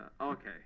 okay